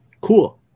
cool